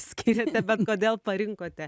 skiriate bet kodėl parinkote